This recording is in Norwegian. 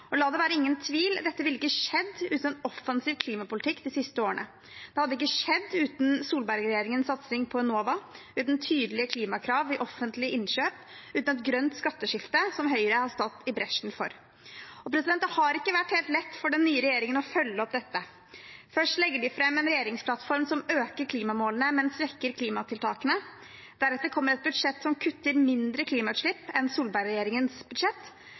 morges. La det ikke være tvil: Dette ville ikke skjedd uten en offensiv klimapolitikk de siste årene. Det hadde ikke skjedd uten Solberg-regjeringens satsing på Enova, uten tydelige klimakrav i offentlige innkjøp og uten et grønt skatteskifte, som Høyre har gått i bresjen for. Det har ikke vært helt lett for den nye regjeringen å følge opp dette. Først legger de fram en regjeringsplattform som øker klimamålene, men som svekker klimatiltakene. Deretter kommer det et budsjett som kutter mindre klimautslipp enn Solberg-regjeringens budsjett.